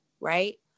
right